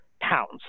pounds